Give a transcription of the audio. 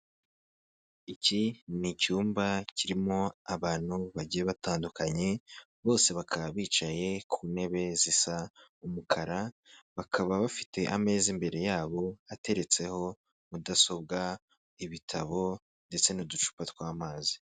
Iki ni icyumba kirimo abantu bagiye batandukanye bose bakaba bicaye ku ntebe zisa umukara, bakaba bafite ameza imbere yabo ateretseho mudasobwa ibitabo ndetse n'uducupa tw'amazi.